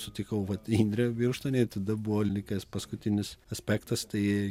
sutikau vat indrę birštone tada buvo likęs paskutinis aspektas tai